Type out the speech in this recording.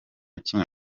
kimwe